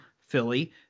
Philly